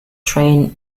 trained